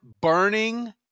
burning